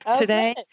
today